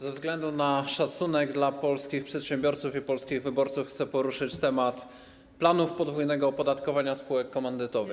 Ze względu na szacunek dla polskich przedsiębiorców i polskich wyborców chcę poruszyć temat planów podwójnego opodatkowania spółek komandytowych.